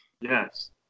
Yes